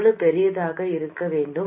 எவ்வளவு பெரியதாக இருக்க வேண்டும்